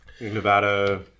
Nevada